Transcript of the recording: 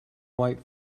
white